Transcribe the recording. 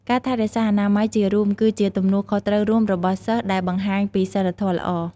ការថែរក្សាអនាម័យជារួមគឺជា ទំនួលខុសត្រូវរួមរបស់សិស្ស ដែលបង្ហាញពីសីលធម៌ល្អ។